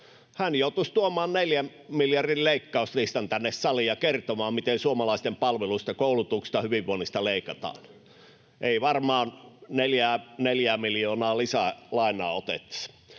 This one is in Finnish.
Hän joutuisi tuomaan neljän miljardin leikkauslistan tänne saliin ja kertomaan, miten suomalaisten palveluista, koulutuksesta, hyvinvoinnista, leikataan. Ei varmaan neljää miljardia lisää lainaa otettaisi.